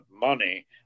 money